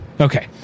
Okay